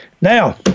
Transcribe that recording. Now